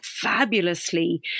fabulously